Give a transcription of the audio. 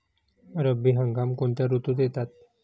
रब्बी हंगाम कोणत्या ऋतूत येतात?